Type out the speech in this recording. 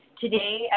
today